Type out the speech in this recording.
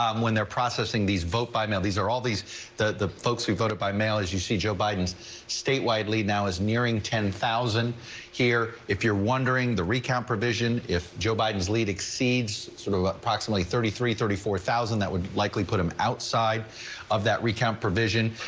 um when they're processing these vote by now these are all these that the folks who voted by mail as you see joe biden's state widely now is nearing ten thousand here if you're wondering the recount provision if joe biden's lead exceeds sort of so approximately thirty three thirty four thousand that would likely put him outside of that recount provision.